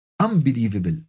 unbelievable